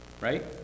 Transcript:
Right